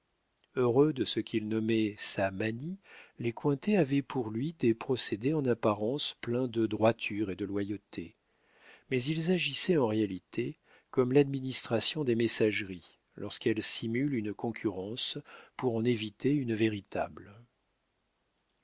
heureux de ce qu'ils nommaient sa manie les cointet avaient pour lui des procédés en apparence pleins de droiture et de loyauté mais ils agissaient en réalité comme l'administration des messageries lorsqu'elle simule une concurrence pour en éviter une véritable